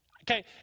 Okay